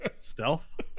Stealth